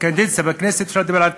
הקדנציה בכנסת אפשר לדבר על התקציב.